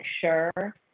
sure